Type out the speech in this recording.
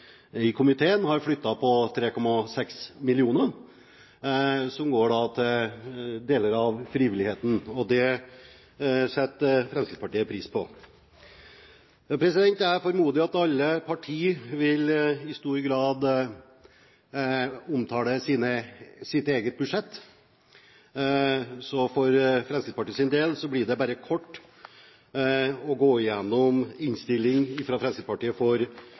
i komiteen har flyttet på 3,6 mill. kr., som går til deler av frivilligheten. Det setter Fremskrittspartiet pris på. Jeg formoder at alle partier i stor grad vil omtale sitt eget budsjett, så for Fremskrittspartiets del blir det bare kort å gå gjennom innstilling til budsjett for